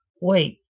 wait